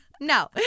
no